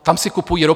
Tam si kupují ropu.